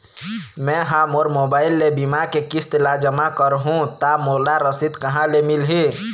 मैं हा मोर मोबाइल ले बीमा के किस्त ला जमा कर हु ता मोला रसीद कहां ले मिल ही?